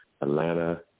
Atlanta